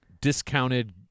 discounted